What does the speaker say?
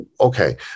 okay